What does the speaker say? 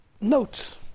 notes